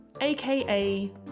AKA